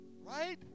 Right